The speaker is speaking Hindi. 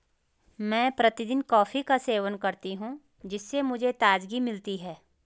मैं प्रतिदिन कॉफी का सेवन करती हूं जिससे मुझे ताजगी मिलती है